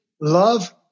love